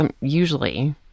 usually